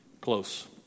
Close